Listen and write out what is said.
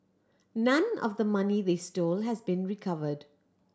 none of the money they stole has been recovered